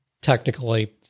technically